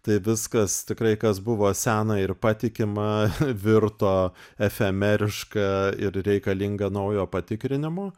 tai viskas tikrai kas buvo sena ir patikima virto efemeriška ir reikalinga naujo patikrinimo